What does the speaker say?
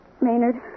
Maynard